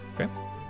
Okay